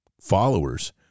followers